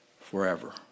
forever